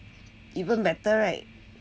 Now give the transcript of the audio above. even better [right]